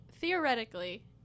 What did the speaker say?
Theoretically